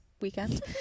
weekend